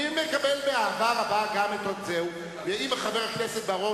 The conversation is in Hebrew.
רוצה ביקורת כזאת.